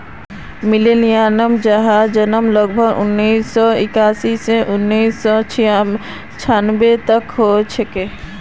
millennials जहार जन्म लगभग उन्नीस सौ इक्यासी स उन्नीस सौ छानबे तक हल छे